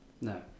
No